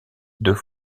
deux